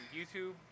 YouTube